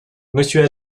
monsieur